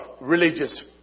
religious